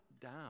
down